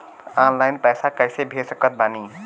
Online पैसा कैसे भेज सकत बानी?